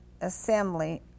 Assembly